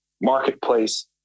marketplace